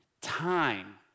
time